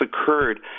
occurred